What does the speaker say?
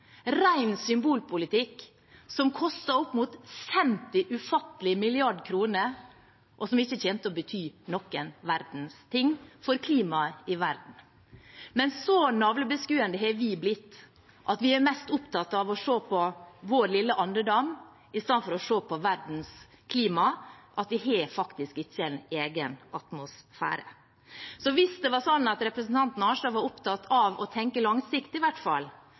symbolpolitikk, som koster opp mot 50 ufattelige milliarder kroner, og som ikke kommer til å bety noe verdens ting for klimaet i verden. Men så navlebeskuende har vi blitt at vi er mest opptatt av å se på vår lille andedam i stedet for å se på verdens klima, at vi har faktisk ikke en egen atmosfære. Hvis det var sånn at representanten Arnstad var opptatt av å tenke langsiktig,